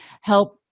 Help